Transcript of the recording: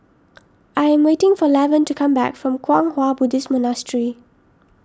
I am waiting for Lavern to come back from Kwang Hua Buddhist Monastery